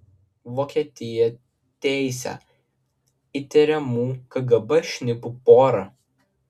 vokietija teisia įtariamų kgb šnipų porą